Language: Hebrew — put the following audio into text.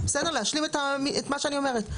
להשלים את מה שאני אומרת.